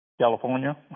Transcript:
California